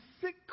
sick